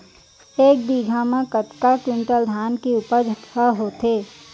एक बीघा म कतका क्विंटल धान के उपज ह होथे?